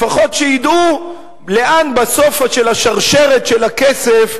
לפחות שידעו לאן בסוף של השרשרת של הכסף,